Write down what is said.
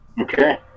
Okay